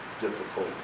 difficult